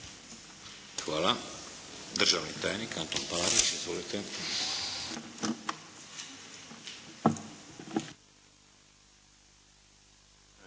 Hvala. Državni tajnik, Antun Palarić. Izvolite.